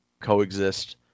coexist